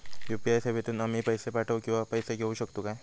UPI सेवेतून आम्ही पैसे पाठव किंवा पैसे घेऊ शकतू काय?